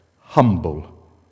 humble